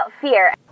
fear